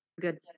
good